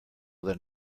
that